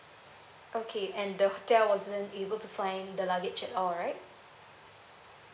okay and the hotel wasn't able to find the luggage at all right